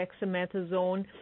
dexamethasone